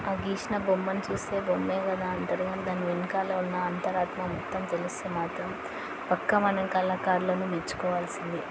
ఆ గీసిన బొమ్మను చూస్తే బొమ్మే కదా అంటారు దాని వెనకాల ఉన్న అంతరాత్మ మొత్తం తెలిస్తే మాత్రం పక్కా మనం కళాకారులను మెచ్చుకోవాల్సిందే